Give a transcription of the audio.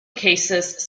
cases